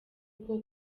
uko